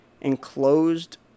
enclosed